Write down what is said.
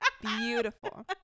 beautiful